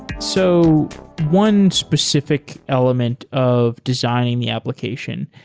so one specific element of designing the application,